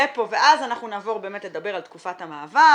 ואז אנחנו נעבור באמת לדבר על תקופת המעבר,